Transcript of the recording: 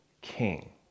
king